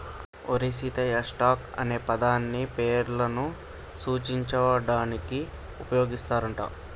ఓరి సీతయ్య, స్టాక్ అనే పదాన్ని పేర్లను సూచించడానికి ఉపయోగిస్తారు అంట